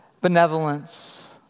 benevolence